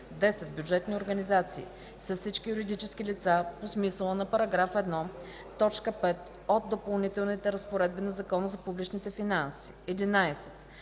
10. „Бюджетни организации” са всички юридически лица по смисъла на § 1, т. 5 от Допълнителните разпоредби на Закона за публичните финанси. 11.